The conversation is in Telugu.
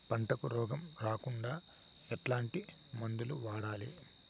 పంటకు రోగం రాకుండా ఎట్లాంటి మందులు వాడాలి?